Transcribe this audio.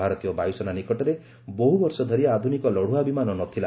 ଭାରତୀୟ ବାୟୁସେନା ନିକଟରେ ବହୁ ବର୍ଷ ଧରି ଆଧୁନିକ ଲଢୁଆ ବିମାନ ନଥିଲା